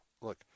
Look